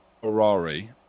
Ferrari